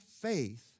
faith